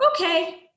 okay